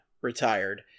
retired